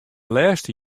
lêste